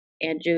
Andrew